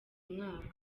mwaka